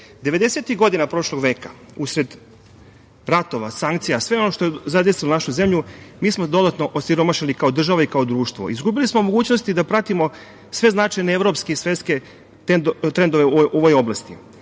godina prošlog veka, usled ratova, sankcija, sve ono što je zadesilo našu zemlju, mi smo dodatno osiromašili kao država i kao društvo. Izgubili smo mogućnosti da pratimo sve značajne evropske i svetske trendove u ovoj oblasti.